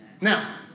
Now